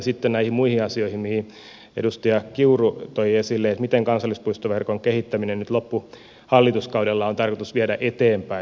sitten näihin muihin asioihin mitä edustaja kiuru toi esille että miten kansallispuistoverkon kehittäminen nyt loppuhallituskaudella on tarkoitus viedä eteenpäin